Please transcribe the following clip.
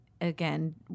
again